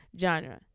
genre